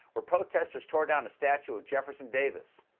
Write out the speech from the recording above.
where protesters tore down a statue of jefferson davis.